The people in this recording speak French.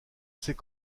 sait